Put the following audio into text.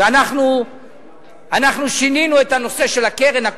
ואנחנו שינינו את הנושא של הקרן.